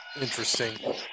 interesting